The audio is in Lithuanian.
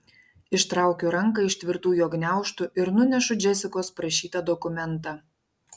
ištraukiu ranką iš tvirtų jo gniaužtų ir nunešu džesikos prašytą dokumentą